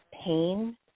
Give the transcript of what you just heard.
pain